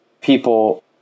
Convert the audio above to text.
people